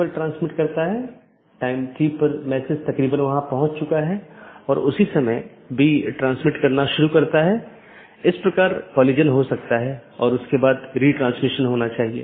दूसरा अच्छी तरह से ज्ञात विवेकाधीन एट्रिब्यूट है यह विशेषता सभी BGP कार्यान्वयन द्वारा मान्यता प्राप्त होनी चाहिए